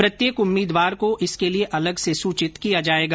प्रत्येक उम्मीदवार को इसके लिए अलग से सूचित किया जाएगा